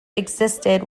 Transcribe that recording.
existed